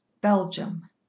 BELGIUM